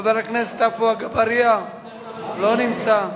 חבר הכנסת עפו אגבאריה, לא נמצא.